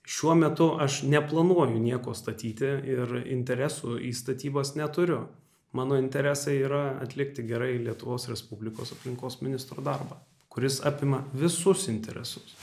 šiuo metu aš neplanuoju nieko statyti ir interesų į statybas neturiu mano interesai yra atlikti gerai lietuvos respublikos aplinkos ministro darbą kuris apima visus interesus